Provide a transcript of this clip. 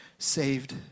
saved